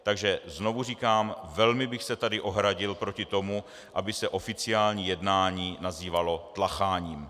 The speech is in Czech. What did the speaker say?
Takže znovu říkám: Velmi bych se tady ohradil proti tomu, aby se oficiální jednání nazývalo tlacháním.